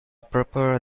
prepare